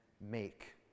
make